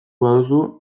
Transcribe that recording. baduzu